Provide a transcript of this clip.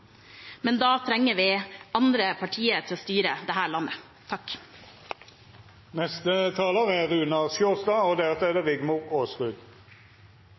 Men da trenger vi andre partier til å styre dette landet.